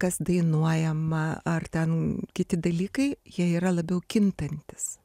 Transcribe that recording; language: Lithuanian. kas dainuojama ar ten kiti dalykai jie yra labiau kintantys